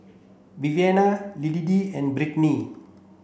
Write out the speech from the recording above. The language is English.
Viviana Liddie and Britany